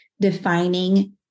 defining